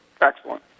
Excellent